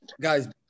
Guys